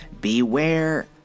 beware